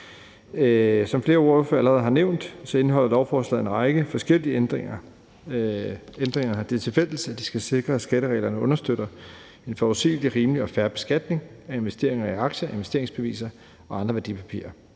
Som flere ordførere allerede har nævnt, indeholder lovforslaget en række forskellige ændringer. Ændringerne har det tilfælles, at de skal sikre, at skattereglerne understøtter en forudsigelig, rimelig og fair beskatning af investeringer i aktier, investeringsbeviser og andre værdipapirer.